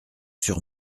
sur